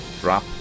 drop